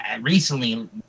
recently